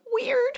weird